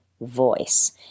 voice